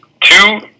two